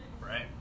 right